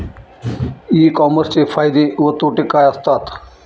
E कॉमर्सचे फायदे व तोटे काय असतात?